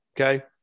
Okay